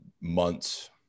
months